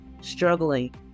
struggling